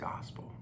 gospel